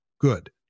good